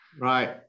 Right